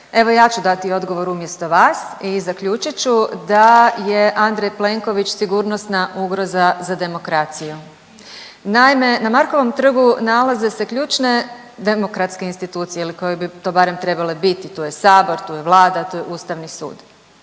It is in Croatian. evo ja ću dati odgovor umjesto vas i zaključit ću da je Andrej Plenković sigurnosna ugroza za demokraciju. Naime, na Markovo trgu nalaze se ključne demokratske institucije ili koje bi to barem trebale biti, tu je Sabor, tu Vlada, tu je Ustavni sud.